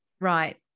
Right